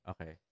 Okay